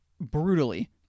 Brutally